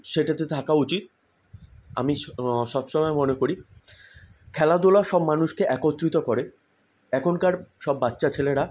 সেটাতে থাকা উচিত আমি স সবসময় মনে করি খেলাধুলা সব মানুষকে একত্রিত করে এখনকার সব বাচ্চা ছেলেরা